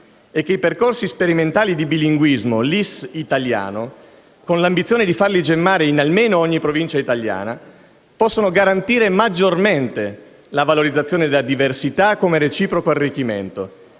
e che i percorsi sperimentali di bilinguismo LIS-italiano, con l'ambizione di farli gemmare in almeno ogni Provincia italiana, possono garantire maggiormente la valorizzazione della diversità come reciproco arricchimento